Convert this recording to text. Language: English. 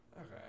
Okay